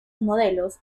modelos